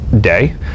day